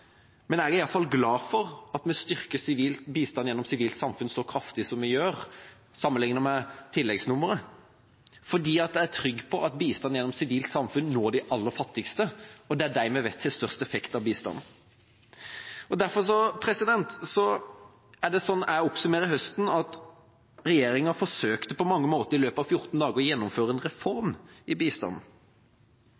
Jeg er i alle fall glad for at vi styrker bistand gjennom Sivilt samfunn så kraftig som vi gjør, sammenlignet med tilleggsnummeret, fordi jeg er trygg på at bistand gjennom Sivilt samfunn når de aller fattigste. Det er de vi vet har størst effekt av bistanden. Derfor er det sånn jeg oppsummerer høsten: Regjeringa forsøkte på mange måter i løpet av 14 dager å gjennomføre en reform av bistanden.